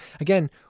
again